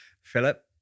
Philip